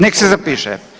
Nek se zapiše.